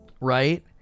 right